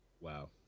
Wow